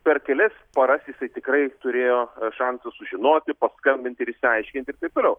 per kelias paras jisai tikrai turėjo šansų sužinoti paskambinti ir išsiaiškinti ir taip toliau